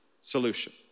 solution